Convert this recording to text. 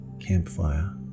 campfire